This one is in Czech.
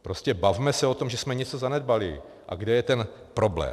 Prostě bavme se o tom, že jsme něco zanedbali a kde je ten problém.